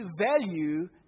value